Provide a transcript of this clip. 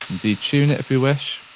detune it, if you wish.